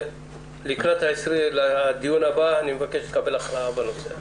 לקראת הדיון הבא, אני מבקש לקבל הכרעה בנושא.